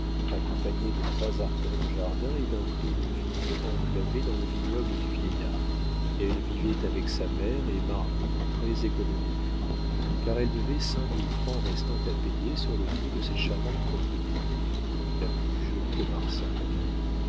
accompagnée de trois arpents de jardin et d'un clos de vignes enclavé dans le vignoble du vieillard elle vivait avec sa mère et marion très économiquement car elle devait cinq mille francs restant à payer sur le prix de cette charmante propriété la plus jolie de marsac